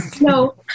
No